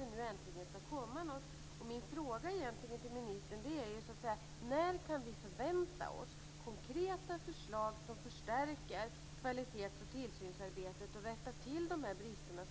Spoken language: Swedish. Därför är jag nyfiken på att det äntligen ska komma någonting. När kan vi förvänta oss, ministern, konkreta förslag som förstärker kvalitets och tillsynsarbetet och rättar till de påtalade bristerna?